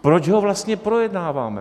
Proč ho vlastně projednáváme?